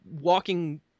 walking